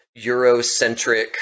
Eurocentric